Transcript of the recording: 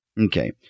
Okay